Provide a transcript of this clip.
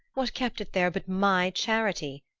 what kept it there but my charity?